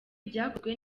byakozwe